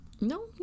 No